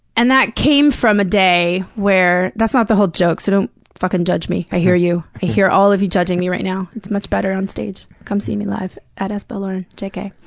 and that came from a day where that's not the whole joke, so don't fuckin' judge me. i hear you. i hear all of you judging me right now. it's much better on stage. come see me live. at sbellelauren. jay-kay.